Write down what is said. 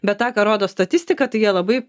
bet tą ką rodo statistika tai jie labai